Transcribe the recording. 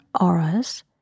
auras